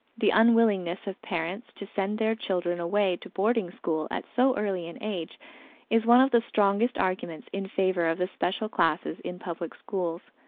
the unwillingness of parents to send their children away to boarding school at so early an age is one of the strongest arguments in favor of the special classes in public schools.